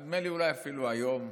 נדמה לי אולי אפילו היום,